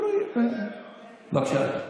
בבקשה.